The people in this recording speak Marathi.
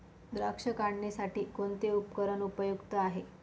द्राक्ष काढणीसाठी कोणते उपकरण उपयुक्त आहे?